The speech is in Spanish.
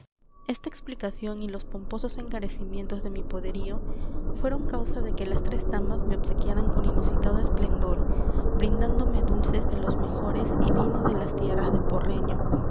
esta explicación y los pomposos encarecimientos de mi poderío fueron causa de que las tres damas me obsequiaran con inusitado esplendor brindándome dulces de los mejores y vino de las tierras de porreño